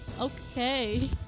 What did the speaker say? Okay